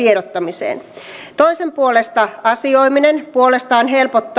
tiedottamiseen toisen puolesta asioiminen puolestaan helpottaa sähköisten palveluiden käyttämistä muun muassa lasten huoltajille